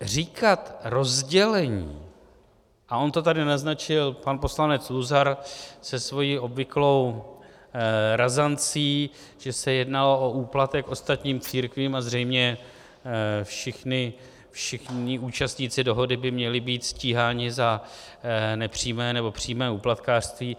Říkat rozdělení a on to tady naznačil pan poslanec Luzar se svou obvyklou razancí, že se jednalo o úplatek ostatním církvím a zřejmě všichni účastníci dohody by měli být stíháni za nepřímé nebo přímé úplatkářství.